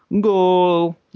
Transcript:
goal